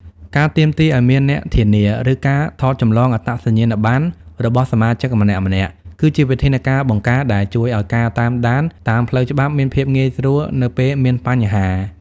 ការទាមទារឱ្យមាន "អ្នកធានា" ឬការថតចម្លងអត្តសញ្ញាណប័ណ្ណរបស់សមាជិកម្នាក់ៗ គឺជាវិធានការបង្ការដែលជួយឱ្យការតាមដានតាមផ្លូវច្បាប់មានភាពងាយស្រួលនៅពេលមានបញ្ហា។